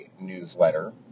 newsletter